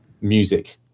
music